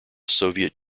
soviet